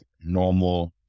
normal